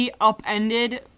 upended